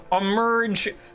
emerge